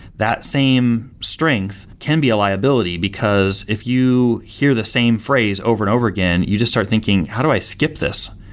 that same strength can be a liability, because if you hear the same phrase over and over again, you just start thinking, how do i skip this?